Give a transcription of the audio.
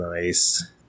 nice